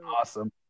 Awesome